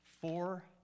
four